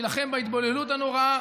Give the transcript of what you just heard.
להילחם בהתבוללות הנוראה,